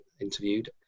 interviewed